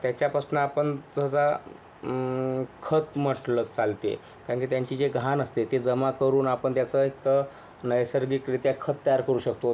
त्याच्यापासून आपण सहसा खत म्हटलं चालते कारण त्यांची जी घाण असते ती जमा करून आपण त्याचा एक नैसर्गिकरीत्या खत तयार करू शकतो